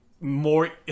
more